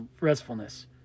restfulness